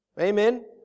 Amen